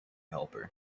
helper